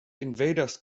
invaders